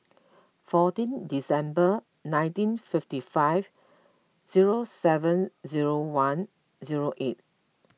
fourteen December nineteen fifty five zero seven zero one zero eight